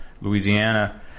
Louisiana